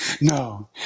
no